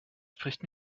spricht